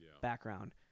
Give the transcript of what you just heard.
background